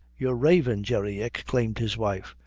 you're ravin', jerry, exclaimed his wife,